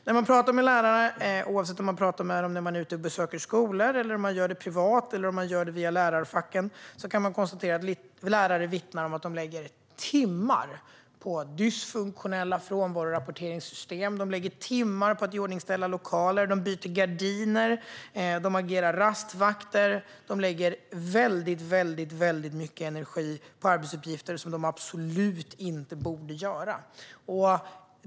När man talar med lärare, oavsett om man gör det när man är ute och besöker skolor, om man gör det privat eller via lärarfacken, kan man konstatera att lärare vittnar om att de lägger timmar på dysfunktionella frånvarorapporteringssystem. De lägger timmar på att iordningsställa lokaler. De byter gardiner. De agerar rastvakter. De lägger väldigt mycket energi på arbetsuppgifter som de absolut inte borde utföra.